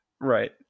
Right